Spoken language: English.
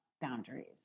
boundaries